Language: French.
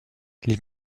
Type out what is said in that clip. les